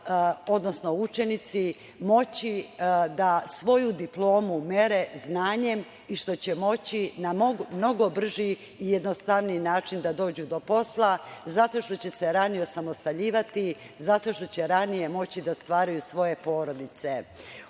odnosno učenici moći da svoju diplomu mere znanjem i što će moći mnogo brži i jednostavniji način da dođu do posla, zato što će se ranije osamostaljivati, zato što će ranije moći da stvaraju svoje porodice. Ovaj